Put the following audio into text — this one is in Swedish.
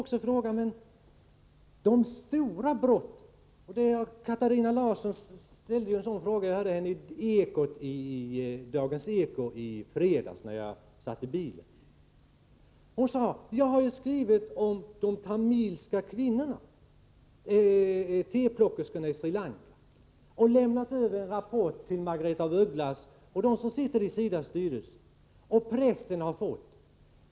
Katarina Larsson ställde en fråga i Dagens Eko i fredags — jag hörde programmet när jag satt i bilen. Hon sade: Jag har skrivit om de tamilska kvinnorna, teplockerskorna i Sri Lanka och lämnat över en rapport till Margaretha af Ugglas och till dem som sitter i SIDA:s styrelse. Även pressen har fått rapporten.